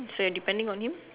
so you're depending on him